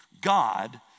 God